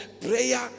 prayer